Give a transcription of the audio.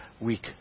week